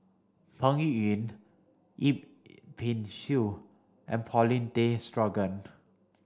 Peng Yuyun Yip Pin Xiu and Paulin Tay Straughan